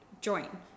Join